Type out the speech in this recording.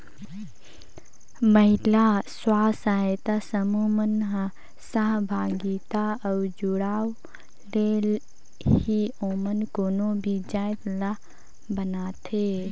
महिला स्व सहायता समूह मन ह सहभागिता अउ जुड़ाव ले ही ओमन कोनो भी जाएत ल बनाथे